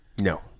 No